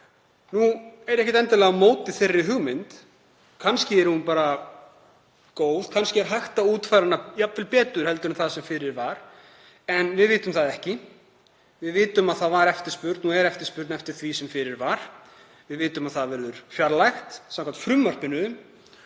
Ég er ekkert endilega á móti þeirri hugmynd, kannski er hún bara góð, kannski er jafnvel hægt að útfæra hana betur en það sem fyrir var, en við vitum það ekki. Við vitum að það var og er eftirspurn eftir því sem fyrir var. Við vitum að það verður fjarlægt samkvæmt frumvarpinu